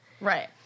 right